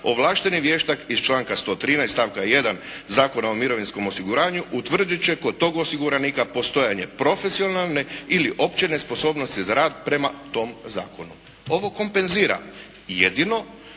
ovlašteni vještak iz članka 113. stavka 1. Zakona o mirovinskom osiguranju utvrdit će kod tog osiguranika postojanje profesionalne ili opće nesposobnosti za rad prema tom zakonu. Ovo kompenzira. Jedino